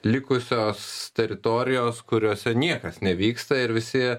likusios teritorijos kuriose niekas nevyksta ir visi